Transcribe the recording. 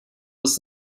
was